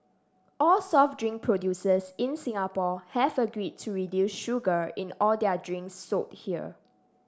all soft drink producers in Singapore have agreed to reduce sugar in all their drinks sold here